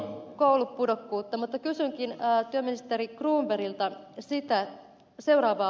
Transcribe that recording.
mutta kysynkin työministeri cronbergiltä seuraavaa asiaa